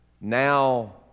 Now